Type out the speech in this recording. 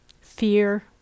fear